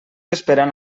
esperant